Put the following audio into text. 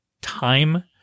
time